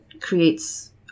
creates